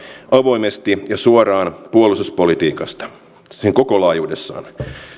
avoimesti ja suoraan puolustuspolitiikasta sen koko laajuudessaan